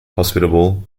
hospitable